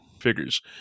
figures